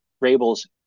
rabel's